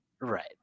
Right